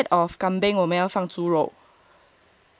对 but instead of kambing 我们要放猪肉